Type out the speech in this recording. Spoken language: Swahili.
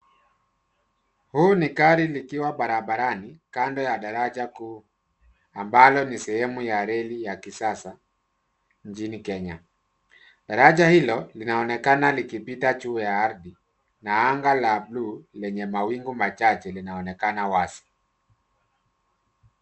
Huu ni gari likiwa barabarani, kando ya daraja kuu ambalo ni sehemu ya reli ya kisasa nchini Kenya. Daraja hilo linaonekana likipita juu ya ardhi , na anga la bluu lenye mawingu machache linaonekana wazi.